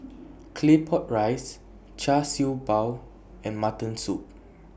Claypot Rice Char Siew Bao and Mutton Soup